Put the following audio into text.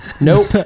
Nope